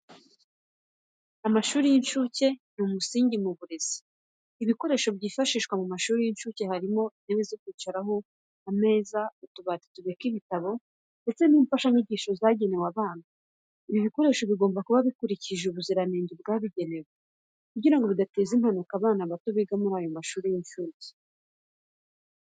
Amashuri y'incuke ni umusingi mu burezi, ibikoresho byifashishwa mu mashuri y'incuke harimo intebe zo kwicaraho, ameza, utubati tubika ibitabo ndetse n'imfashanyigisho zagenewe abana. Ibi bikoresho bigomba kuba bikurikije ubuziranenge bwabigenewe kugirango bidateza impanuka abana bato biga muri ayo mashuri y'incuke.